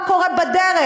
מה קורה בדרך?